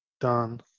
done